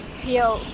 feel